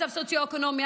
מצב סוציו-אקונומי.